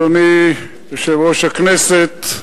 אדוני יושב-ראש הכנסת,